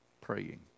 Praying